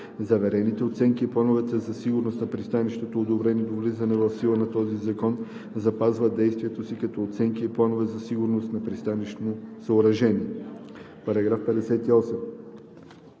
Заварените оценки и планове за сигурност на пристанищата, одобрени до влизането в сила на този закон, запазват действието си като оценки и планове за сигурност на пристанищно съоръжение.“ По § 58